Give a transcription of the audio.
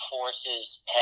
forces